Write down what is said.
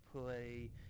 play